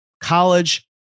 college